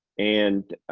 and